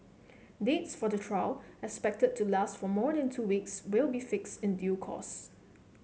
dates for the trial expected to last for more than two weeks will be fixed in due course